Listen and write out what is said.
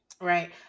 Right